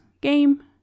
game